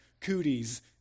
cooties